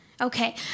Okay